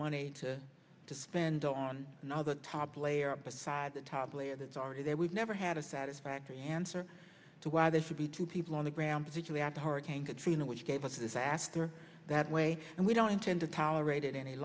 money to spend on another top layer beside the top layer that's already there we've never had a satisfactory answer to why this would be two people on the ground particularly after hurricane katrina which gave us this aster that way and we don't intend to powerade it any